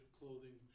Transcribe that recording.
clothing